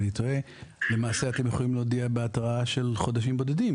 אני טועה למעשה אתם יכולים להודיע בהתראה של חודשים בודדים